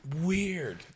weird